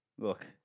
look